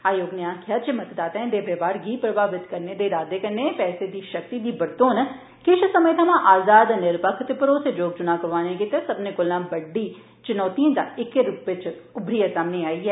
आयोग नै आखेआ ऐ जे मतदाताएं दे बवहार गी प्रभावित करने दे इरादे कन्नै पैसे दी शक्ति दी बरतोन किश समें थमां आजाद निरपक्ख ते भरोसेजोग चुनां करोआने गितै सब्मनें कोला बड्डी चुनौतिएं चा इक दे रूपै च उब्बरियै सामने आई ऐ